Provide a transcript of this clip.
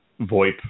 voip